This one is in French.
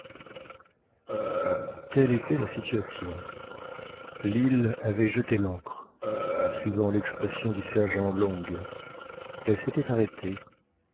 telle était la situation l'île avait jeté l'ancre suivant l'expression du sergent long elle s'était arrêtée